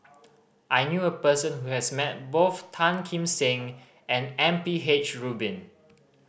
I knew a person who has met both Tan Kim Seng and M P H Rubin